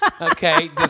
okay